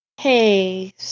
Hey